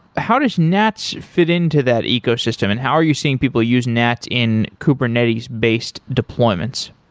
how does nats fit into that ecosystem, and how are you seeing people use nats in kubernetes-based deployments?